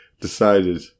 decided